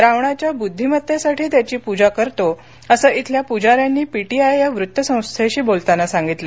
रावणाच्या बुद्धीमत्तेसाठी त्याची पूजा करतो असं खेल्या पुजाऱ्यांनी पीटीआय या वृत्तसंस्थेशी बोलताना सांगितलं